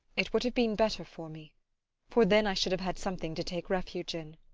it would have been better for me for then i should have had something to take refuge in.